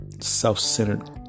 self-centered